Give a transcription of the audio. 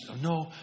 no